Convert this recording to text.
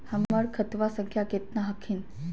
हमर खतवा संख्या केतना हखिन?